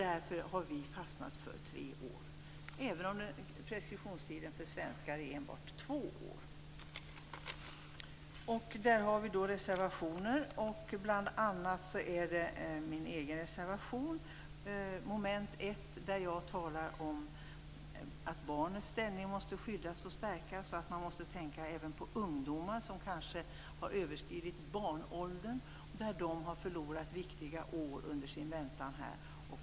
Därför har vi fastnat för tre år även om preskriptionstiden för svenskar är enbart två år. Vi har reservationer. I min egen reservation under mom. 1 talar jag om att barnens ställning måste skyddas och stärkas. Man måste tänka även på ungdomar som kanske har överskridit barnaåldern och som har förlorat viktiga år under sin väntan här.